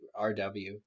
RW